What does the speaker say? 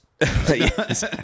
Yes